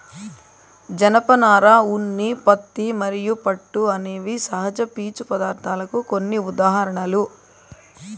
జనపనార, ఉన్ని, పత్తి మరియు పట్టు అనేవి సహజ పీచు పదార్ధాలకు కొన్ని ఉదాహరణలు